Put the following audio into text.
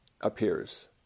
appears